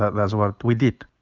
ah that's what we did.